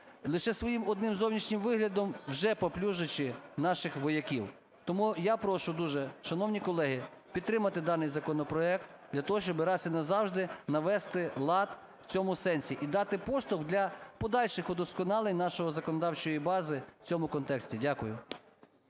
лише своїм одним зовнішнім виглядом вже паплюжачи наших вояків. Тому я прошу дуже, шановні колеги, підтримати даний законопроект для того, щоб раз і назавжди навести лад в цьому сенсі і дати поштовх для подальших удосконалень нашої законодавчої бази в цьому контексті. Дякую.